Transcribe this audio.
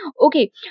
okay